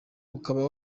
ukaba